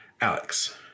Alex